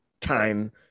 time